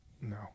No